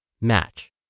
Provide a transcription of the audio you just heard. Match